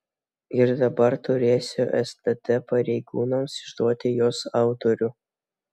ir dabar turėsiu stt pareigūnams išduoti jos autorių